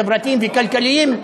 חברתיים וכלכליים,